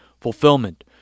Fulfillment